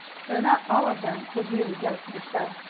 though not all of them would really go to the show.